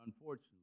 Unfortunately